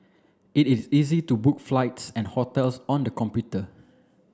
it is easy to book flights and hotels on the computer